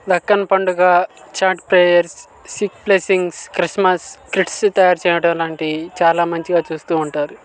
దక్కన్ పండుగ చాట్ పేయర్స్ సిప్ ప్లెస్సింగ్స్ క్రిస్మస్ కిడ్స్ తయారు చేయడం లాంటి చాలా బాగా చేస్తూ ఉంటారు